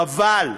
חבל.